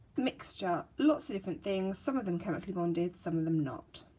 mixture, lots of different things. some of them chemically bonded, some of them not.